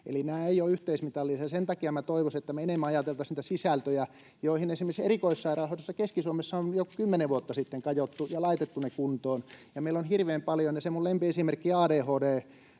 Eli nämä eivät ole yhteismitallisia. Sen takia minä toivoisin, että me enemmän ajateltaisiin niitä sisältöjä, joihin esimerkiksi erikoissairaanhoidossa Keski-Suomessa on jo kymmenen vuotta sitten kajottu ja laitettu ne kuntoon. Meillä on hirveän paljon... Se minun lempiesimerkkini